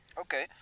Okay